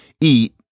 eat